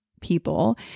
people